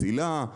בפסילה,